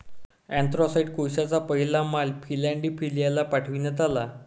anthracite कोळशाचा पहिला माल फिलाडेल्फियाला पाठविण्यात आला